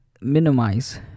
minimize